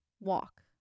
walk